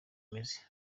mizi